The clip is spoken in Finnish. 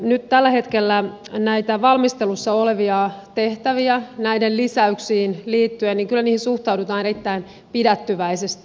nyt tällä hetkellä valmistelussa oleviin tehtäviin näiden li säyksiin kyllä suhtaudutaan erittäin pidättyväisesti